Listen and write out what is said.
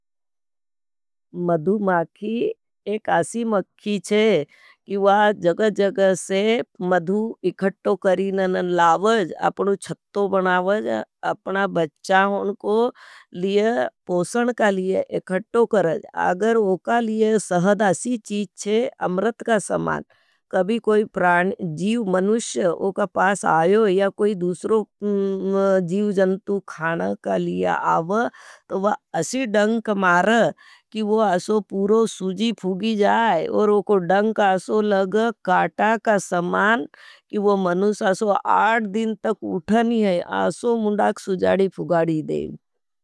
मधुमाखी एक आशी मखी चे जगजग से मधु इखटो करी ननन लावज। अपनो छट्टो बनावज, अपना बच्चा उनको लिय पोशन का लिय एक़टो करज। अगर उका लिय सहद आशी चीज चे, अमरत का समात, कभी कोई प्राण, जीव मनुष उका पास आयो। या कोई दूसरो जीव जन्तु खान का लिया आव, तो वा अशी डंक मार, कि वो अशो पूरो सुझी फुगी जाए। और वो को डंक अशो लग, काटा का समान, कि वो मनुष अशो आठ दिन तक उठनी है, अशो मुणडाक सुझाडी फुगाडी देव।